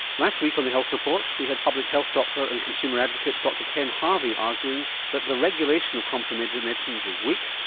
last week on the health report we had public health doctor and consumer advocate dr ken harvey arguing that the regulation of complementary medicines is weak,